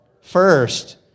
First